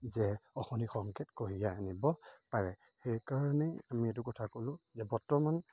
যে অশনি সংকেত কঢ়িয়াই আনিব পাৰে সেইকাৰণেই আমি এইটো কথা ক'লোঁ যে বৰ্তমান